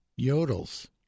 yodels